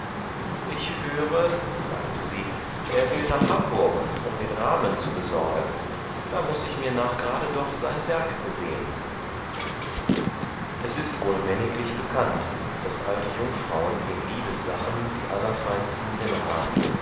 ich höre sagte sie er will nach hamburg um den rahmen zu besorgen da muß ich mir nachgerade doch sein werk besehen es ist wohl männiglich bekannt daß alte jungfrauen in liebessachen die allerfeinsten sinne haben